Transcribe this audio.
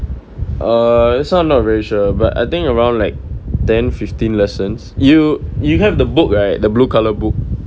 err this one not very sure but I think around like ten fifteen lessons you you have the book right the blue colour book